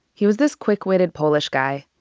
he was this quick-witted polish guy.